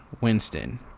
winston